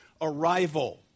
arrival